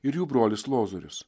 ir jų brolis lozorius